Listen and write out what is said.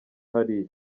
hariya